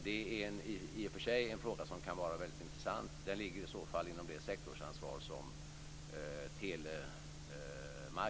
Det är en fråga som i och för sig kan vara väldigt intressant, men den ligger inom telemarknadens sektorsansvar.